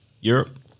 Europe